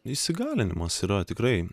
įsigalinimas yra tikrai